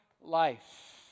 life